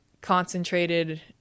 concentrated